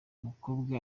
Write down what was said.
umukobwa